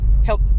help